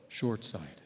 short-sighted